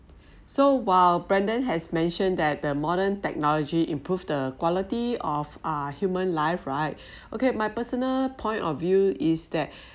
so while brendan has mentioned that the modern technology improved the quality of a human life right okay my personal point of view is that